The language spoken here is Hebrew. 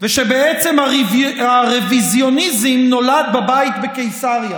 ושבעצם הרוויזיוניזם נולד בבית בקיסריה,